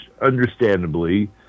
understandably